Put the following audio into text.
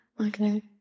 Okay